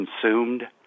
consumed